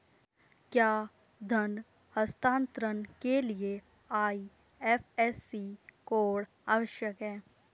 क्या धन हस्तांतरण के लिए आई.एफ.एस.सी कोड आवश्यक है?